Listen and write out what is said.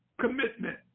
commitment